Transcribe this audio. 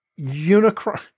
Unicron